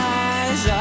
eyes